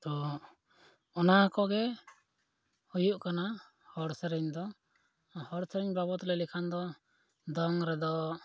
ᱛᱚ ᱚᱱᱟ ᱠᱚᱜᱮ ᱦᱩᱭᱩᱜ ᱠᱟᱱᱟ ᱦᱚᱲ ᱥᱮᱨᱮᱧ ᱫᱚ ᱦᱚᱲ ᱥᱮᱨᱮᱧ ᱵᱟᱵᱚᱫ ᱞᱟᱹᱭ ᱞᱮᱠᱷᱟᱱ ᱫᱚ ᱫᱚᱝ ᱨᱮᱫᱚ